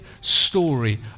story